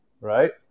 right